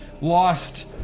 lost